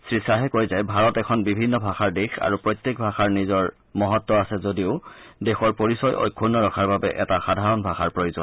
শ্ৰীখাহে কয় যে ভাৰত এখন বিভিন্ন ভাষাৰ দেশ আৰু প্ৰত্যেক ভাষাৰ নিজৰ মহত্ব আছে যদিও দেশৰ পৰিচয় অক্ষুন্ন ৰখাৰ বাবে এটা সাধাৰণ ভাষাৰ প্ৰয়োজন